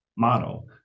Model